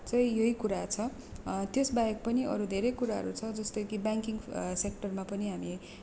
चाहिँ यै कुरा छ त्यसबाहेक पनि अरू धेरै कुराहरू छ जस्तै कि ब्याङ्किङ सेक्टरमा पनि हामी